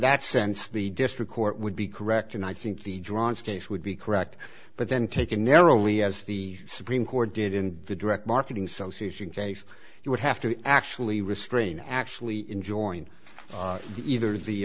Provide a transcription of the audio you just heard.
that sense the district court would be correct and i think the johns case would be correct but then taken narrowly as the supreme court did in the direct marketing association case you would have to actually restrain actually enjoying either the